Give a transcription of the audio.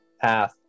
path